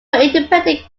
independent